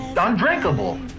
undrinkable